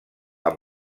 amb